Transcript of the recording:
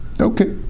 Okay